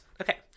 Okay